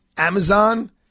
Amazon